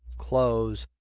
close.